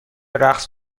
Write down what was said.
رقص